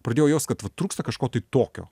pradėjau jaust kad va trūksta kažko tai tokio